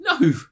No